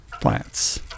Plants